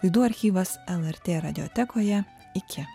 laidų archyvas lrt radiotekoje iki